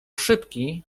szybki